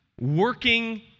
working